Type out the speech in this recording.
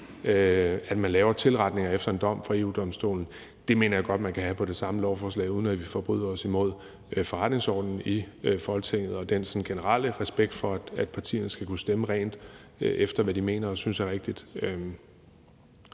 at man laver tilretninger efter en dom fra EU-Domstolen, mener jeg godt man kan have på det samme lovforslag, uden at vi forbryder os mod forretningsordenen i Folketinget og den sådan generelle respekt, der er, for, at partierne skal kunne stemme rent, efter hvad de mener og synes er rigtigt.